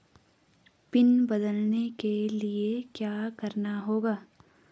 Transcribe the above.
Pin बदलने के लिए क्या करना होगा?